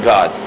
God